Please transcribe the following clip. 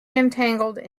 entangled